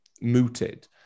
mooted